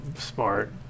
smart